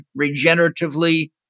regeneratively